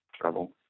trouble